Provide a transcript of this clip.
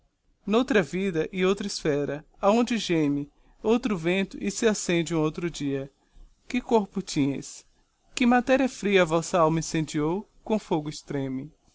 e freme n'outra vida e outra esphera aonde geme outro vento e se accende um outro dia que corpo tinheis que materia fria vossa alma incendiou com fogo estreme